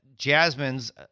jasmine's